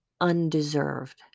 undeserved